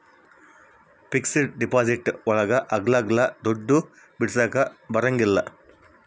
fixed deposit ಒಳಗ ಅಗ್ಲಲ್ಲ ದುಡ್ಡು ಬಿಡಿಸಕ ಬರಂಗಿಲ್ಲ